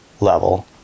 level